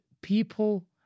people